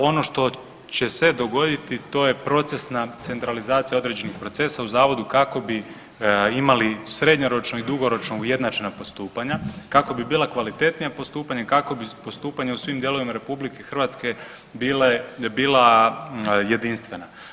Ono što će se dogoditi to je procesna centralizacija određenih procesa u zavodu kako bi imali srednjoročno i dugoročno ujednačena postupanja, kako bi bila kvalitetnija postupanja i kako bi postupanja u svim dijelovima RH bila jedinstvena.